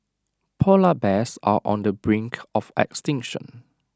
Polar Bears are on the brink of extinction